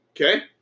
okay